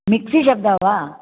mixie शब्दः वा